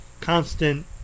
constant